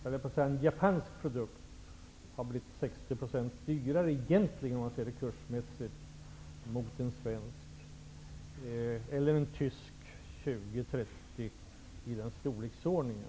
En japansk produkt har nu blivit 60 % dyrare -- om man ser det kursmässigt -- än en svensk, en tysk 20--30 %.